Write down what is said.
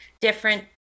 different